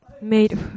made